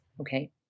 Okay